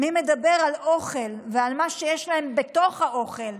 מי מדבר על אוכל ועל מה שיש להם בתוך האוכל?